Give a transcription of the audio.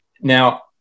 Now